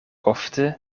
ofte